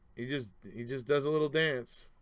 he just he just does a little dance.